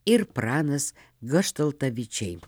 ir pranas goštaltavičiai